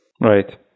right